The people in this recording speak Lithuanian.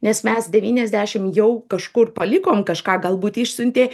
nes mes devyniasdešim jau kažkur palikom kažką galbūt išsiuntė